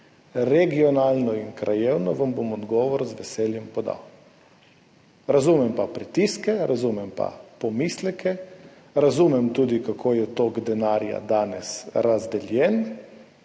regionalno in krajevno, vam bom odgovor z veseljem podal. Razumem pa pritiske, razumem pomisleke, razumem tudi to, kako je tok denarja danes razdeljen,